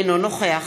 אינו נוכח